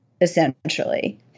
essentially